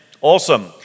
Awesome